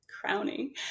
crowning